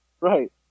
Right